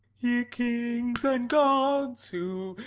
ye kings and gods who,